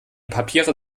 papiere